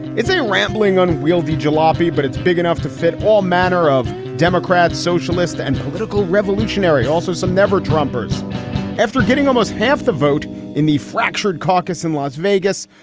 it's a rambling, unwieldy jalopy, but it's big enough to fit all manner of democrats, socialist and political revolutionary, also some never drummers after getting almost half the vote in the fractured caucus in las vegas,